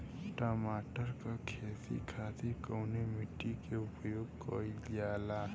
टमाटर क खेती खातिर कवने मिट्टी के उपयोग कइलजाला?